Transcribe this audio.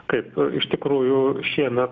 kaip iš tikrųjų šiemet